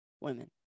Women